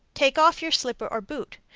take off your slipper or boot.